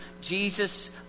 Jesus